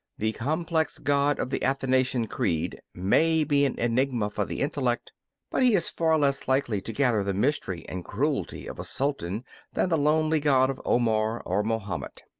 the complex god of the athanasian creed may be an enigma for the intellect but he is far less likely to gather the mystery and cruelty of a sultan than the lonely god of omar or mahomet.